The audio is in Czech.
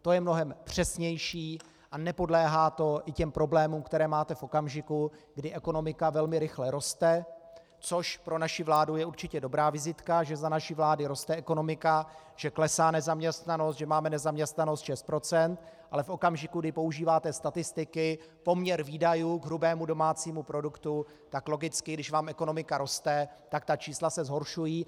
To je mnohem přesnější a nepodléhá to i těm problémům, které máte v okamžiku, kdy ekonomika velmi rychle roste, což pro naši vládu je určitě dobrá vizitka, že za naší vlády roste ekonomika, že klesá nezaměstnanost, že máme nezaměstnanost 6 %, ale v okamžiku, kdy používáte statistiky poměr výdajů k hrubému domácímu produktu, tak logicky, když vám ekonomika roste, tak ta čísla se zhoršují.